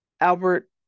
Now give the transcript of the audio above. Albert